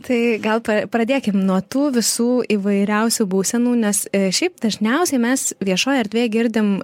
tai gal pradėkim nuo tų visų įvairiausių būsenų nes šiaip dažniausiai mes viešoj erdvėj girdim